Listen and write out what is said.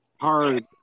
hard